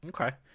Okay